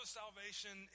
salvation